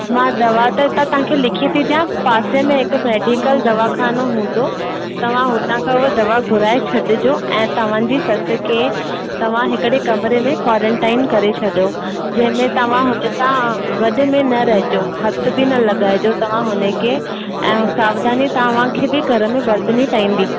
मां दवा त हितां तव्हांखे लिखी थी ॾियां पासे में हिकु मेडीकल दवाखानो हूंदो तव्हां हुतां खां उहो दवा घुराए छॾिजो ऐं तव्हांजी ससु खे तव्हां हिकिड़े कमिरे में कॉरंटाइन करे छॾियो जंहिं में तव्हां तव्हां गॾु में न रहिजो हथु बि न लॻाइजो तव्हां हुनखे ऐं सावधानी तव्हांखे बि घर में बरतणी पवंदी